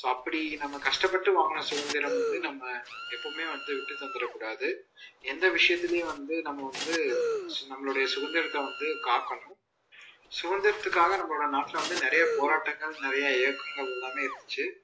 so அப்படி நம்ம கஷ்டப்பட்டு வாங்கின சுதந்திரம் வந்து நம்ம எப்போவுமே வந்து விட்டு தந்துடக்கூடாது எந்த விஷயத்துலையும் வந்து நம்ம வந்து நம்மளுடைய சுதந்திரத்த வந்து காக்கணும் சுதந்திரத்திற்காக நம்மளோடய நாட்டில் வந்து நிறைய போராட்டங்கள் நிறைய இயக்கங்கள் எல்லாமே இருந்துச்சு